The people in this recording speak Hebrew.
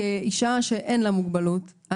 כאישה שאין לה מוגבלות,